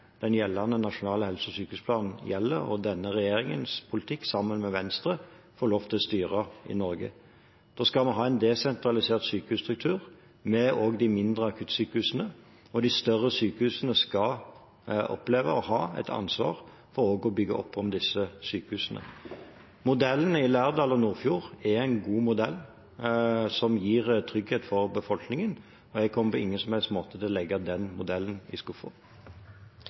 den gjeldende nasjonale helse- og sykehusplanen og denne regjeringen – i samarbeid med Venstre – får lov til å styre Norge. Vi skal ha en desentralisert sykehusstruktur, med også mindre akuttsykehus, og de større sykehusene skal oppleve å ha et ansvar for å bygge opp om disse sykehusene. Modellen i Lærdal og i Nordfjord er en god modell, som gir trygghet for befolkningen, og jeg kommer på ingen som helst måte til å legge den modellen i